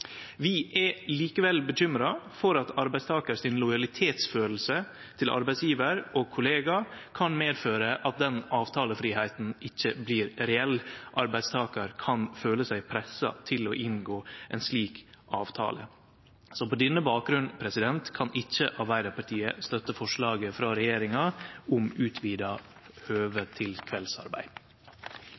Vi er likevel bekymra for at arbeidstakar sin lojalitetsfølelse overfor arbeidsgjevar og kollegaer kan medføre at den avtalefridomen ikkje blir reell. Arbeidstakar kan føle seg pressa til å inngå ein slik avtale. Så på denne bakgrunnen kan ikkje Arbeidarpartiet støtte forslaget frå regjeringa om utvida høve